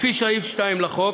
לפי סעיף 2 לחוק,